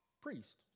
priest